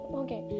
okay